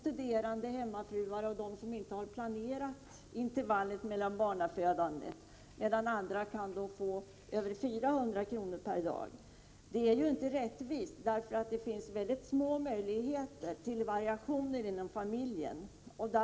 studerande, hemmafruar och de som inte har planerat intervallerna i barnafödandet — får 60 kr. om dagen, medan andra kan få över 400 kr. per dag. Detta är alltså inte rättvist, för det finns små möjligheter till variationer inom familjen.